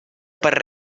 per